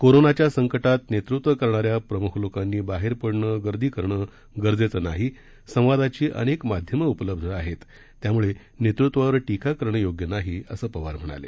कोरोनाच्या संकटात नेतृत्व करणाऱ्या प्रमुख लोकांनी बाहेर पडणं गर्दी करणं गरजेचं नाही संवादाची अनेक माध्यमं उपलब्ध आहेत त्यामुळे नेतृत्वावर टीका करणं योग्य नाही असं पवार म्हणाले